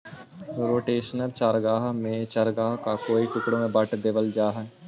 rotational चारागाह में चारागाह को कई टुकड़ों में बांट देल जा हई